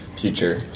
future